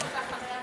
שלחתי לך פתק.